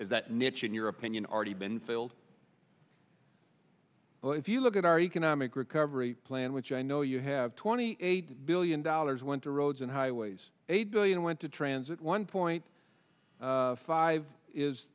that niche in your opinion already been filled well if you look at our economic recovery plan which i know you have twenty eight billion dollars went to roads and highways eight billion went to transit one point five is